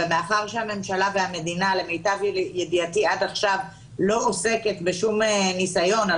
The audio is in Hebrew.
מאחר שהממשלה והמדינה למיטב ידיעתי עד עכשיו לא עושה כל ניסיון או